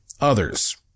others